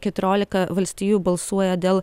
keturiolika valstijų balsuoja dėl